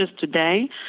today